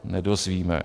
Nedozvíme.